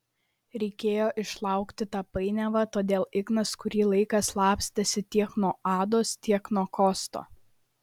reikėjo išlaukti tą painiavą todėl ignas kurį laiką slapstėsi tiek nuo ados tiek nuo kosto